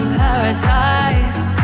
paradise